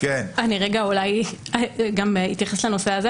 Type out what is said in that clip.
רגע אולי גם לנושא הזה.